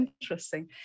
interesting